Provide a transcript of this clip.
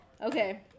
Okay